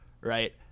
right